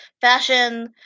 fashion